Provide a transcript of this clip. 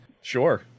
sure